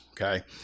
okay